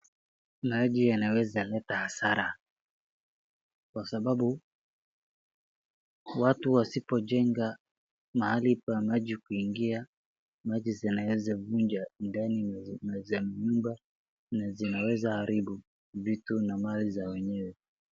Maji yanaweza leta hasara. Kwa sababu, watu wasipojenga mahali pa maji kuingia, maji zinaeza vunja ndani za nyumba, na zinaweza haribu vitu na mali za wenyewe.